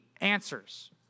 answers